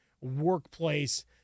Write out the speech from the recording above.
workplace